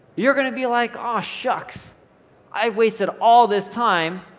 you're gonna be like aw, shucks i've wasted all this time,